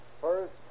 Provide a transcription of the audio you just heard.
First